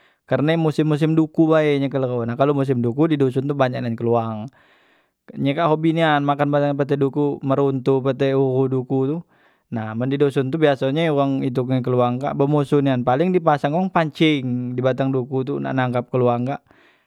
Karne musim musim duku bae nye kelegho nah kalu musim duku di doson tu banyak nian keluwang, nye kak hobi nian makan batang pete duku meruntu pete uhu duku tu, nah men di doson tu biasonye wang idup dengan keluwang kak bemusuh nian paling di pasang wong pancing di batang duku tu nak nangkap keluwang kak.